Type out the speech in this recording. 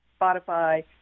Spotify